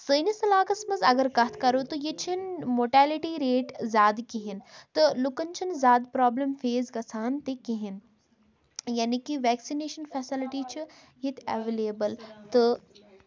سٲنِس علاقَس منٛز اَگر کَتھ کَرو تہٕ ییٚتہِ چھِنہٕ موٹیلٹی ریٹ زیادٕ کِہیٖنۍ تہٕ لُکَن چھِنہٕ زیادٕ پرٛابلِم فیس گژھان تہِ کِہیٖنۍ یعنی کہِ وٮ۪کسِنیشَن فٮ۪سَلٹی چھِ ییٚتہِ ایولیبل تہٕ